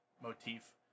motif